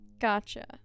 Gotcha